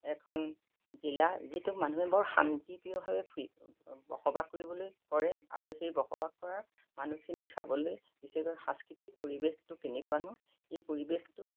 এখন জিলা যিটো মানুহে বৰ শান্তিপ্ৰিয়ভাৱে ফুৰি বসবাস কৰিবলৈ কৰে আৰু সেই বসবাস কৰা মানুহখিনিক চাবলৈ বিশেষকৈ সাংস্কৃতিক পৰিৱেশটো কেনেকুৱানো এই পৰিৱেশটোত